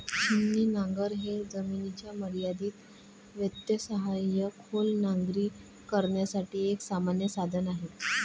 छिन्नी नांगर हे जमिनीच्या मर्यादित व्यत्ययासह खोल नांगरणी करण्यासाठी एक सामान्य साधन आहे